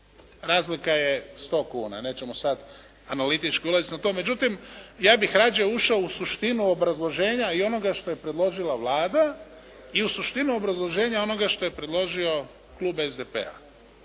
Razlika je 100 kuna, nećemo sada analitički ulaziti u to. Međutim ja bih radije ušao u suštinu obrazloženja i onoga što je predložila Vlada i u suštinu obrazloženja onoga što je predložio Klub SDP-a,